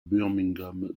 birmingham